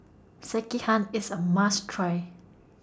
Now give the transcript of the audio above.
Sekihan IS A must Try